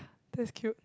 that's cute